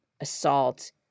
assault